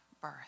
birth